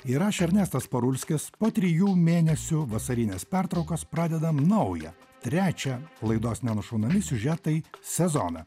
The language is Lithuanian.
įrašė ernestas parulskis po trijų mėnesių vasarinės pertraukos pradedam naują trečią laidos ne nušaunami siužetai sezoną